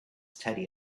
teddy